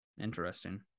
Interesting